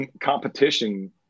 competition